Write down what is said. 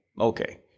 okay